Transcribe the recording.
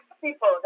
people